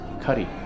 Cuddy